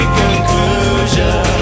conclusion